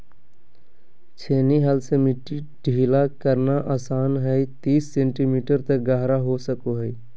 छेनी हल से मिट्टी ढीला करना आसान हइ तीस सेंटीमीटर तक गहरा हो सको हइ